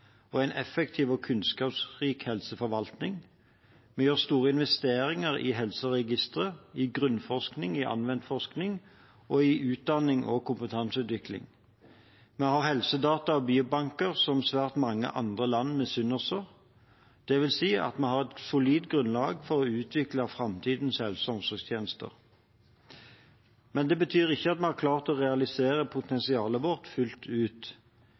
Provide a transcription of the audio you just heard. og en effektiv og kunnskapsrik helseforvaltning. Vi gjør store investeringer i helseregistre, i grunnforskning, i anvendt forskning og i utdanning og kompetanseutvikling. Vi har helsedata og biobanker som svært mange andre land misunner oss. Det vil si at vi har et solid grunnlag for å utvikle framtidens helse- og omsorgstjenester. Det betyr ikke at vi har klart å realisere potensialet vårt fullt ut,